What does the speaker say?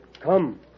Come